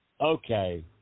okay